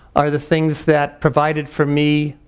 are the things that provided for me,